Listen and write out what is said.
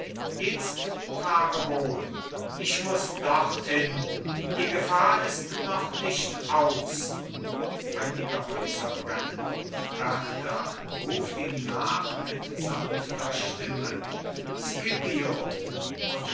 itzt fahre wohl ich muß dorthin die gefahr ist noch nicht aus einige häuser brennen berta ruft ihm nach mit sanfter stimme scipio